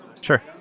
sure